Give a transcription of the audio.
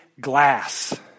glass